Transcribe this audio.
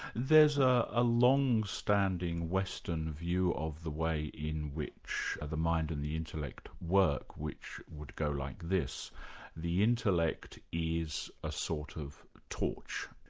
there's ah a long-standing western view of the way in which the mind and the intellect work, which would go like this the intellect is a sort of torch.